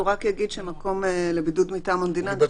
הוא רק יגיד שמקום לבידוד מטעם המדינה ייחשב